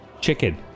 Chicken